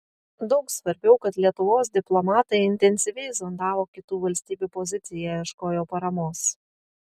daug svarbiau kad lietuvos diplomatai intensyviai zondavo kitų valstybių poziciją ieškojo paramos